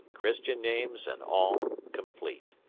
christian names and all complete.